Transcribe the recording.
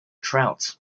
trout